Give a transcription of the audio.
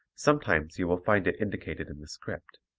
sometimes you will find it indicated in the script.